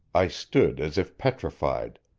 i stood as if petrified,